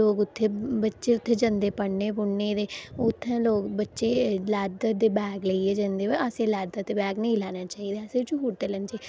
लोकें दे बच्चे उत्थै जंदे पढ़ने पुढ़ने गी ते उत्थै बच्चे लैदर दै बैग लेइयै जंदे असें लैदर दे बैग नेईं लेई जाना चाहिदा असें जूट दे लेने चाहिदे